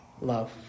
love